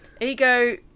Ego